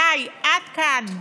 די, עד כאן.